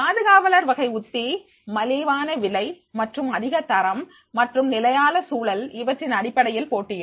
பாதுகாவலர் வகை உத்தி மலிவான விலை மற்றும் அதிக தரம் மற்றும் நிலையான சூழல் இவற்றின் அடிப்படையில் போட்டியிடும்